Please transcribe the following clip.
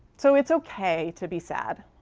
so it's ok to be sad.